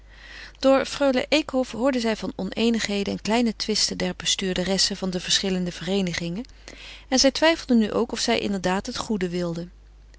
door freule eekhof hoorde zij van oneenigheden en kleine twisten der bestuurderessen dier verschillende vereenigingen en zij twijfelde nu ook of zij inderdaad het goede wilden